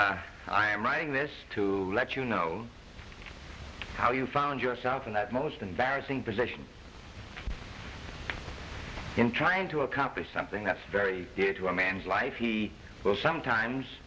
hears i am writing this to let you know how you found yourself in that most embarrassing position in trying to accomplish something that's very dear to a man's life he will sometimes